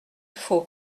faut